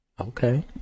Okay